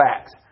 facts